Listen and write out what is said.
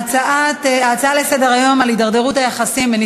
ההצעות לסדר-היום על הידרדרות היחסים בין